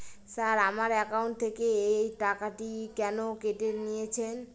Sir আমার account থেকে এই টাকাটি কেন কেটে নিয়েছেন?